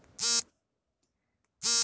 ಸಾಮಾಜಿಕ ಪಾವತಿ ಎಂದರೇನು?